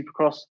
Supercross